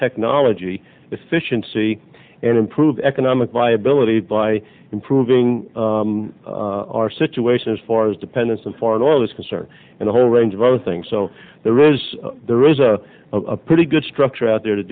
technology efficiency and improve economic viability by improving our situation as far as dependence on foreign oil is concerned and a whole range of other things so there is there is a pretty good structure out there to